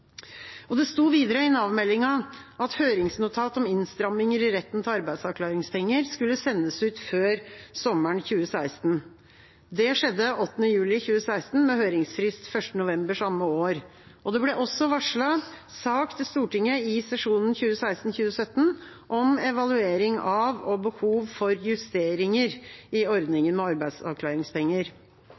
Det sto videre i Nav-meldinga at høringsnotat om innstramminger i retten til arbeidsavklaringspenger skulle sendes ut før sommeren 2016. Det skjedde 8. juli 2016, med høringsfrist 1. november samme år. Det ble også varslet sak til Stortinget i sesjonen 2016–2017, om evaluering av og behov for justeringer i ordningen med arbeidsavklaringspenger.